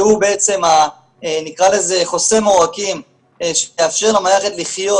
שהוא בעצם נקרא לזה חוסם העורקים שיאפשר למערכת לחיות